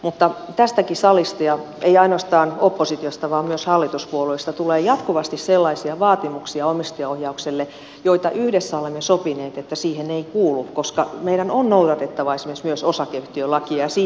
mutta tästäkin salista ja ei ainoastaan oppositiosta vaan myös hallituspuolueista tulee jatkuvasti sellaisia vaatimuksia omistajaohjaukselle joista yhdessä olemme sopineet että ne eivät siihen kuulu koska meidän on noudatettava esimerkiksi myös osakeyhtiölakia ja siihen viittaan